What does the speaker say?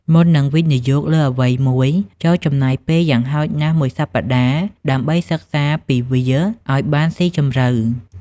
មុននឹងវិនិយោគលើអ្វីមួយ ចូរចំណាយពេលយ៉ាងហោចណាស់មួយសប្តាហ៍ដើម្បីសិក្សាពីវាឱ្យបានស៊ីជម្រៅ។